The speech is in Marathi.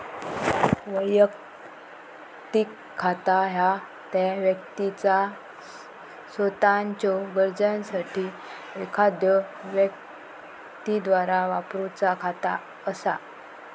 वैयक्तिक खाता ह्या त्या व्यक्तीचा सोताच्यो गरजांसाठी एखाद्यो व्यक्तीद्वारा वापरूचा खाता असा